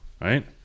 right